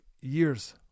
years